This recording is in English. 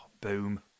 Boom